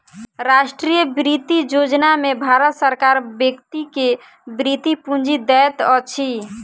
राष्ट्रीय वृति योजना में भारत सरकार व्यक्ति के वृति पूंजी दैत अछि